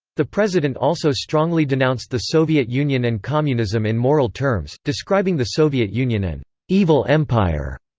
the president also strongly denounced the soviet union and communism in moral terms, describing the soviet union an evil empire.